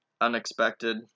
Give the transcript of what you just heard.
unexpected